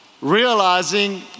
Realizing